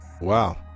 Wow